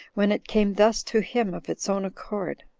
when it came thus to him of its own accord.